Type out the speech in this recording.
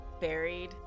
buried